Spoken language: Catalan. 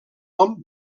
nom